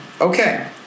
Okay